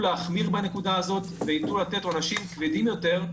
להחמיר בעניין הזה וייטו לתת עונשים כבדים יותר.